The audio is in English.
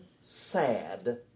sad